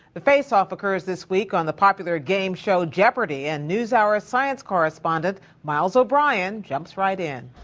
the face-off occurs this week on the popular game show jeopardy. and news hour science correspondent miles o'brien jumps right in.